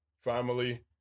family